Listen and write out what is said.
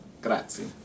Grazie